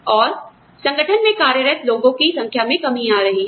और संगठनों में कार्यरत लोगों की संख्या में कमी आ रही है